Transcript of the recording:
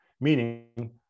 meaning